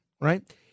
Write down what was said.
right